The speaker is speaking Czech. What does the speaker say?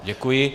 Děkuji.